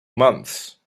months